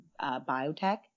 biotech